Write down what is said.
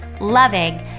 loving